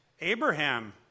Abraham